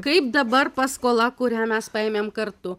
kaip dabar paskola kurią mes paėmėm kartu